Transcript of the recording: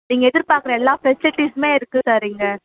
நீங்கள் எதிர்பார்க்குற எல்லா ஃபெசிலிட்டீசுமே இருக்குது சார் இங்கே